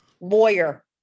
lawyer